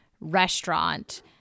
restaurant